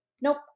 nope